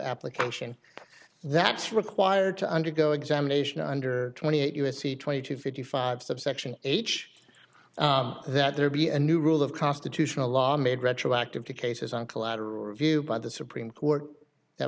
application that's required to undergo examination under twenty eight u s c twenty two fifty five subsection h that there be a new rule of constitutional law made retroactive to cases on collateral review by the supreme court that